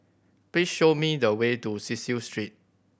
please show me the way to Cecil Street